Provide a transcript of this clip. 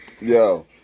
Yo